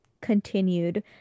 continued